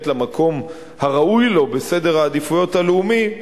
למקום הראוי לו בסדר העדיפויות הלאומי,